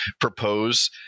propose